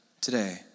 today